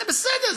זה בסדר,